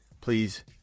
Please